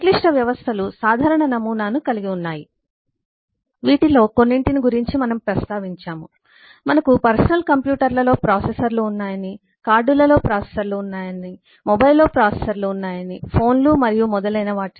సంక్లిష్ట వ్యవస్థలు సాధారణ నమూనాను కలిగి ఉన్నాయి వీటిలో కొన్నింటి గురించి మనము ప్రస్తావించాము మనకు పర్సనల్ కంప్యూటర్లలో ప్రాసెసర్లు ఉన్నాయని కార్డులలో ప్రాసెసర్లు ఉన్నాయని మొబైల్లో ప్రాసెసర్లు ఉన్నాయి ఫోన్లు మరియు మొదలైనవి